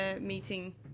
meeting